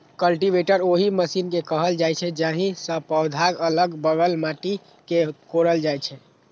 cultivator ओहि machine कें कहल जाइ छै, जाहि सं पौधाक अलग बगल माटि कें कोड़ल जाइ छै